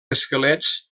esquelets